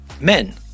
men